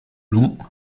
long